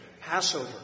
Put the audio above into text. Passover